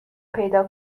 پیدا